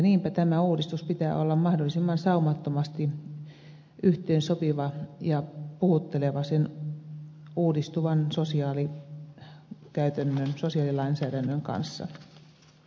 niinpä tämän uudistuksen pitää olla mahdollisimman saumattomasti yhteensopiva ja puhuva sen uudistuvan sosiaalilainsäädännön kanssa